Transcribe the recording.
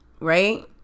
Right